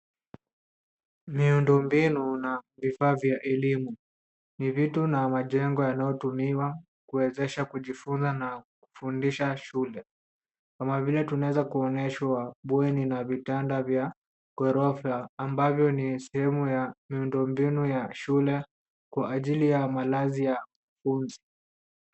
Miundombinu na vifaa vya elimu. Ni vitu na majengo yanayotumiwa kuwezesha kujifunza na kufundisha shule. Kama vile tunaweza kuonyeshwa bweni na vitanda vya ghorofa ambavyo ni sehemu ya miundombinu ya shule kwa ajili ya malazi ya wanafunzi.